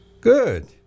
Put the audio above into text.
Good